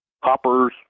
hoppers